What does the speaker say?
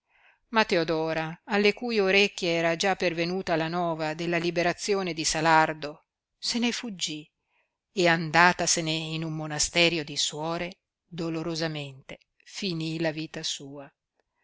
ma teodora alle cui orecchie era già pervenuta la nova della liberazione di salardo se ne fuggì e andatasene in un monasterio di suore dolorosamente finì la vita sua